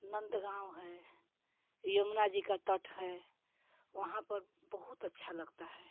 नंदगाँव है यमुना जी का तट है वहाँ पर बहुत अच्छा लगता है